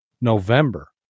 November